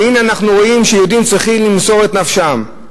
והנה, אנחנו רואים שיהודים צריכים למסור את נפשם,